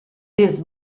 this